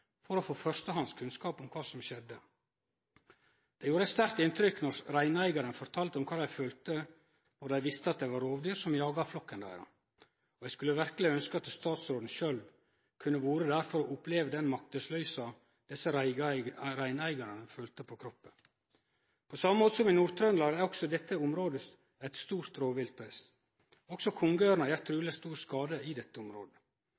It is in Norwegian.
for å få førstehandskunnskap om kva som skjedde. Det gjorde sterkt inntrykk då reineigarane fortalde om kva dei følte når dei visste at det var rovdyr som jaga flokken deira, og eg skulle verkeleg ønskje at statsråden sjølv kunne ha vore der for å oppleve den maktesløysa desse reineigarane følte på kroppen. På same måten som i Nord-Trøndelag er det også i dette området eit stort rovviltpress. Også kongeørna gjer truleg stor skade i dette området.